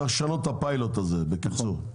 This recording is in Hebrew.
צריך לשנות את הפיילוט הזה, בקיצור.